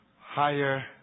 higher